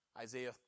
Isaiah